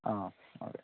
ആ ഓക്കേ